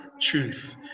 truth